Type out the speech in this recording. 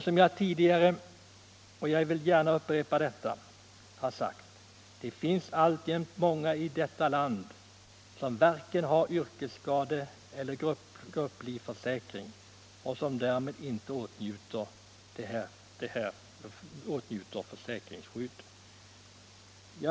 Som jag tidigare sagt — och jag vill gärna upprepa det — finns det alltjämt många i detta land som har varken yrkesskadeeller grupplivförsäkring och som därmed inte åtnjuter försäkringsskydd.